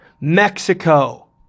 Mexico